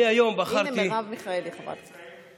הינה מרב מיכאלי, חברת הכנסת.